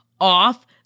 off